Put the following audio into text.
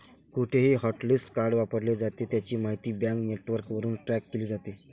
कुठेही hotlist card वापरले जाते, त्याची माहिती बँक नेटवर्कवरून ट्रॅक केली जाते